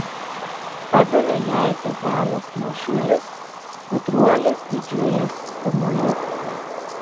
padavė jai ivanas mažiulis gudruolis didžiulis kamuoliuką